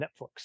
netflix